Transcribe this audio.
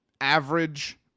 average